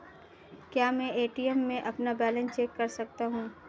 क्या मैं ए.टी.एम में अपना बैलेंस चेक कर सकता हूँ?